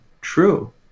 true